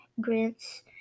grants